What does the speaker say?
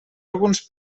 alguns